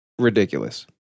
ridiculous